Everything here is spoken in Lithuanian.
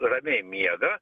ramiai miega